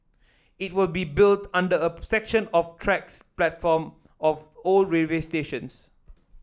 it will be built under a section of tracks platform of old railway stations